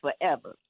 forever